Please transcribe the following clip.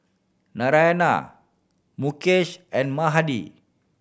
Naraina Mukesh and Mahade